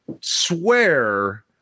swear –